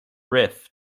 rift